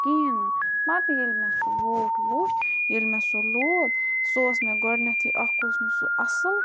کِہیٖنۍ نہٕ پَتہٕ ییٚلہِ مےٚ سُہ بوٗٹھ وُچھ ییٚلہِ مےٚ سُہ لوگ سُہ اوس مےٚ گۄڈٕنیٚتھٕے اَکھ اوس نہٕ سُہ اصٕل